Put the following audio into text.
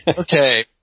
Okay